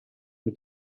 mae